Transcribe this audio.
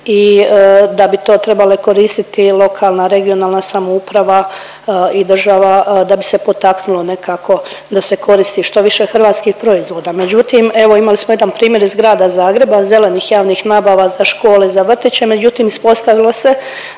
i da bi to trebale koristiti lokalna regionalna samouprava i država da bi se potaknulo nekako da se koristi što više hrvatskih proizvoda. Međutim, evo imali smo jedan primjer iz Grada Zagreba zelenih javnih nabava za škole, za vrtiće, međutim ispostavilo se